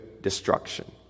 destruction